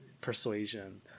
persuasion